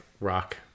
rock